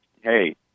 hey